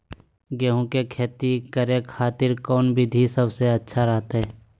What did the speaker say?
गेहूं के खेती करे खातिर कौन विधि सबसे अच्छा रहतय?